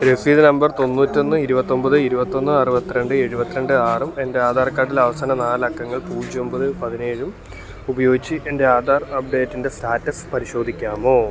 രസീത് നമ്പർ തൊണ്ണൂറ്റി ഒന്ന് ഇരുപത്തി ഒമ്പത് ഇരുപത്തി ഒന്ന് അറുപത്തി രണ്ട് എഴുപത്തി രണ്ട് ആറും എൻ്റെ ആധാർ കാർഡിലെ അവസാന നാല് അക്കങ്ങൾ പൂജ്യം ഒമ്പത് പതിനേഴും ഉപയോഗിച്ചു എൻ്റെ ആധാർ അപ്ഡേറ്റിൻ്റെ സ്റ്റാറ്റസ് പരിശോധിക്കാമോ